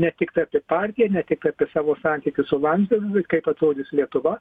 ne tik tai apie partiją ne tik apie savo santykius su landsbergiu kaip atrodys lietuva